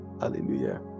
Hallelujah